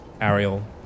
Ariel